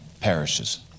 perishes